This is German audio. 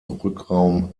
rückraum